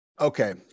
Okay